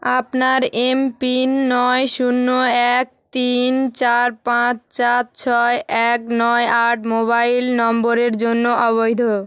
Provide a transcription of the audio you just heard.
আপনার এমপিন নয় শূন্য এক তিন চার পাঁচ চার ছয় এক নয় আট মোবাইল নম্বরের জন্য অবৈধ